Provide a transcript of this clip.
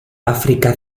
áfrica